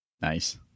Nice